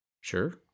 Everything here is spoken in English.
sure